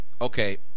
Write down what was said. Okay